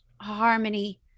harmony